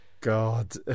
god